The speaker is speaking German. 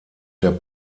der